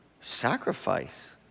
Sacrifice